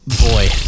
Boy